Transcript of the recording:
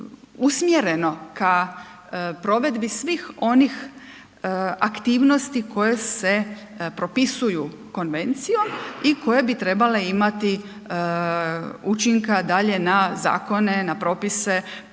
usmjereno ka provedbi svih onih aktivnosti koje se propisuju Konvencijom, i koje bi trebale imati učinka dalje na Zakone, na propise,